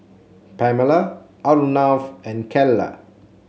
Pamela Arnav and Calla